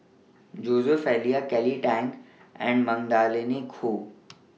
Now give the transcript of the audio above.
Joseph Elias Kelly Tang and Magdalene Khoo